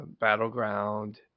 Battleground